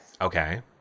Okay